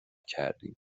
کردیم